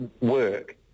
work